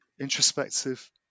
introspective